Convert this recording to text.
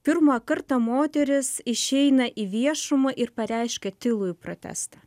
pirmą kartą moteris išeina į viešumą ir pareiškia tylųjį protestą